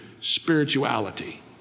spirituality